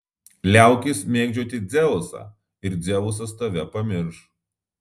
liaukis mėgdžioti dzeusą ir dzeusas tave pamirš